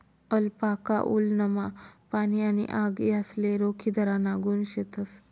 alpaca वुलनमा पाणी आणि आग यासले रोखीधराना गुण शेतस